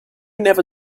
never